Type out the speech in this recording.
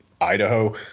Idaho